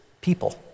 people